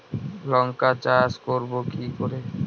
লঙ্কা চাষ করব কি করে?